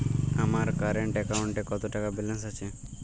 আমার কারেন্ট অ্যাকাউন্টে কত টাকা ব্যালেন্স আছে?